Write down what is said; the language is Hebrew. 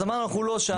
אז אמרנו שאנחנו לא שם.